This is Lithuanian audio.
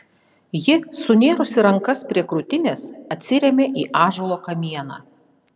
ji sunėrusi rankas prie krūtinės atsirėmė į ąžuolo kamieną